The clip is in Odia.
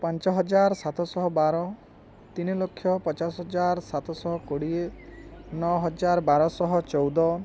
ପାଞ୍ଚ ହଜାର ସାତଶହ ବାର ତିନିିଲକ୍ଷ ପଚାଶ ହଜାର ସାତଶହ କୋଡ଼ିଏ ନଅ ହଜାର ବାରଶହ ଚଉଦ